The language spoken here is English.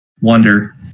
wonder